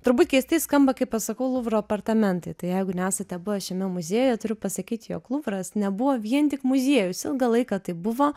turbūt keistai skamba kai pasakau luvro apartamentai tai jeigu nesate buvę šiame muziejuje turiu pasakyti jog luvras nebuvo vien tik muziejus ilgą laiką tai buvo